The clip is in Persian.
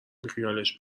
بیخیالش